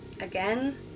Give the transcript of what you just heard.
Again